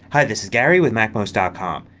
hi, this is gary with macmost ah com.